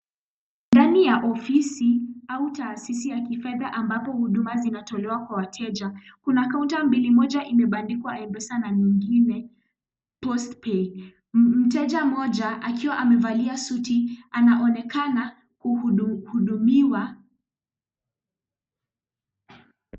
Ndani ya ofisi au taasisi ya kifedha ambapo huduma zinatolewa kwa wateja. Kuna kaunta mbili, moja imebandikwa m-pesa na nyingine post pay . Mteja mmoja akiwa amevalia suti anaonekana kuhu, hudumiwa.